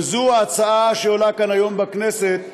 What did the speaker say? וזו ההצעה שעולה כאן היום, בכנסת,